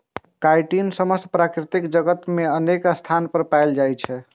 chitin समस्त प्रकृति जगत मे अनेक स्थान पर पाएल जाइ छै